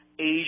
Asia